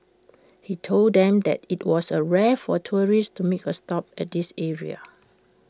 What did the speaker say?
he told them that IT was rare for tourists to make A stop at this area